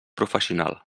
professional